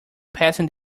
passing